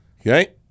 Okay